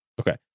okay